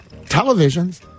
Televisions